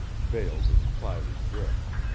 veiled in cloudy drift.